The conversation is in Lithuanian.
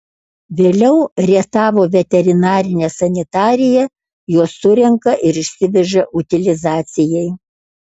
vėliau rietavo veterinarinė sanitarija juos surenka ir išsiveža utilizacijai